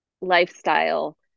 lifestyle